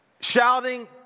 Shouting